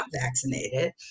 vaccinated